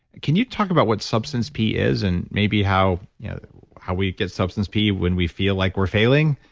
can you talk about what substance p is, and maybe how how we get substance p when we feel like we're failing?